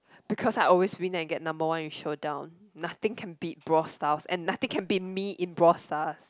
because I always win and get number one with showdown nothing can beat Brawl Stars and nothing can beat me in Brawl Stars